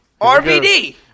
RVD